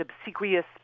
obsequious